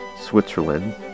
Switzerland